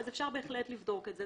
אז אפשר בהחלט לבדוק את זה.